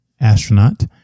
astronaut